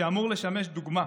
שאמור לשמש דוגמה,